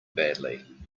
badly